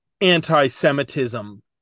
anti-Semitism